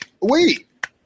Wait